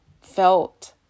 felt